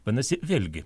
vadinasi vėlgi